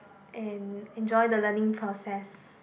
and enjoy the learning process